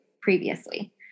previously